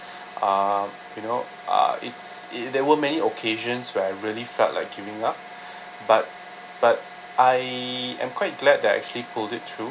uh you know uh it's it there were many occasions where I really felt like giving up but but I am quite glad that I actually pulled it through